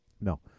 No